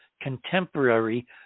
contemporary